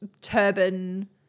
turban